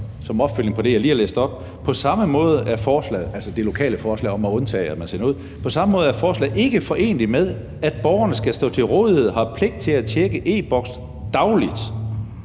som opfølgning på det, jeg lige har læst op: På samme måde er forslaget – altså det lokale forslag om at undlade at sende post ud i et bestemt tidsrum – ikke foreneligt med, at borgerne skal stå til rådighed, har pligt til at tjekke e-Boks dagligt.